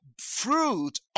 fruit